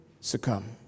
succumb